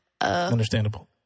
Understandable